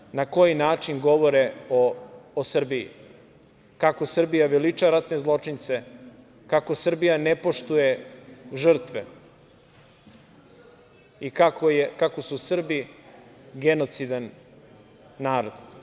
Sramno na koji način govore o Srbiji, kako Srbija veliča ratne zločince, kako Srbija ne poštuje žrtve i kako su Srbi genocidan narod.